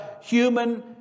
human